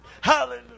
Hallelujah